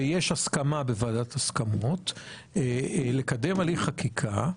ויש הסכמה בוועדת הסכמות לקדם הליך חקיקה,